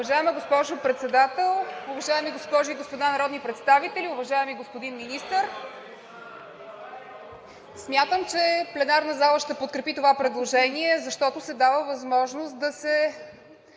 Уважаема госпожо Председател, уважаеми госпожи и господа народни представители, уважаеми господин Министър! Смятам, че пленарната зала ще подкрепи това предложение, защото се дава възможност да се